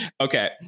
Okay